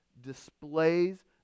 displays